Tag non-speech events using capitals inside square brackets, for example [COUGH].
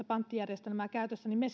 [UNINTELLIGIBLE] panttijärjestelmää käytössä niin me [UNINTELLIGIBLE]